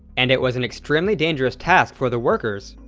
and it was an extremely dangerous task for the workers,